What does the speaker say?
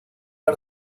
are